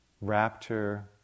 rapture